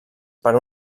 per